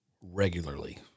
regularly